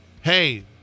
hey